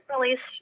released